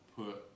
put